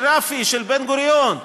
של רפ"י, של בן-גוריון.